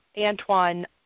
Antoine